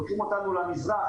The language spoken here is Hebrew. לוקחים אותנו למזרח,